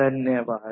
धन्यवाद